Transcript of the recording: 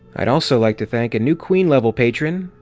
i'd also like to thank a new queen level patron,